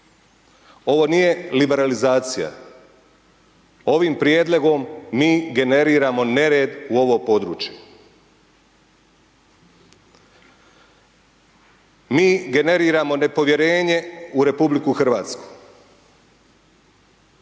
ovo nije liberalizacija, ovim prijedlogom mi generiramo nered u ovo područje. Mi generiramo nepovjerenje u RH,